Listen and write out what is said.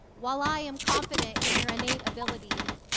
while i am confident in your innate abilities,